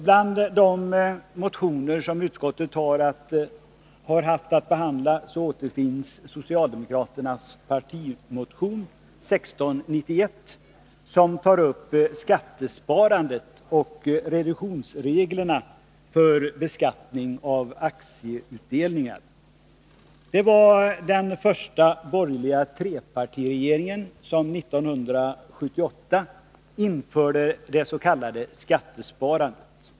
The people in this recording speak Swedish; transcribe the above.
Bland de motioner som utskottet har haft att behandla återfinns socialdemokraternas partimotion 1691, som tar upp skattesparandet och reduktionsreglerna för beskattning av aktieutdelningar. Det var den första borgerliga trepartiregeringen som 1978 införde det s.k. skattesparandet.